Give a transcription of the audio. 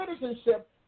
citizenship